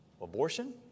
abortion